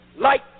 light